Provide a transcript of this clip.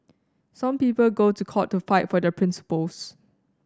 some people go to court to fight for their principles